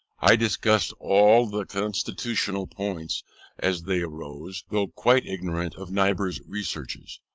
i discussed all the constitutional points as they arose though quite ignorant of niebuhr's researches,